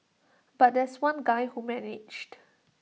but there's one guy who managed